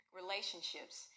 relationships